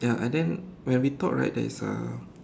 ya and then when we talk right there's a